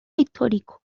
histórico